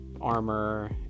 armor